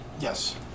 Yes